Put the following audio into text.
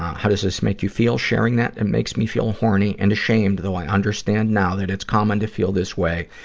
how does this make you feel, sharing that? it makes me feel horny and ashamed, though i understand now that it's common to feel this way,